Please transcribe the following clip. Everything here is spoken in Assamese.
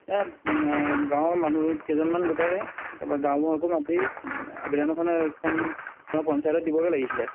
গাঁৱৰ মানুহ কেইজনমান গোটাই তাৰপা গাঁওবুঢ়াকো মাতি আবেদন এখন এখন পঞ্চায়তত দিবগৈ লাগিছিলে